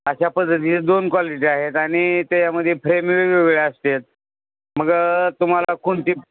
अशा पद्धतीचे दोन क्वालिटी आहेत आणि त्याच्यामध्ये फ्रेम वेगवेगळ्या असतात मग तुम्हाला कोणती